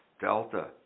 Delta